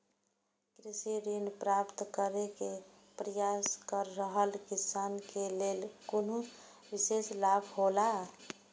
कृषि ऋण प्राप्त करे के प्रयास कर रहल किसान के लेल कुनु विशेष लाभ हौला?